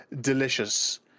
delicious